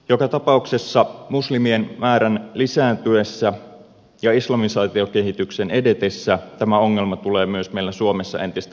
joka tapauksessa muslimien määrän lisääntyessä ja islamisaatiokehityksen edetessä tämä ongelma tulee myös meillä suomessa entistä ajankohtaisemmaksi